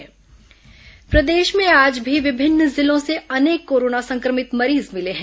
corona मरीज प्रदेश में आज भी विभिन्न जिलों से अनेक कोरोना संक्रमित मरीज मिले हैं